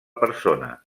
persona